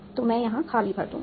तो मैं यहां खाली भर दूंगा